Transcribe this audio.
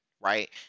right